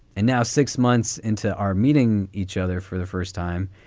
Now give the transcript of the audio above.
and now, six months into our meeting each other for the first time,